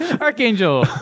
Archangel